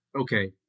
okay